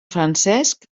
francesc